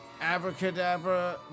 Abracadabra